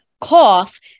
cough